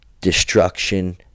destruction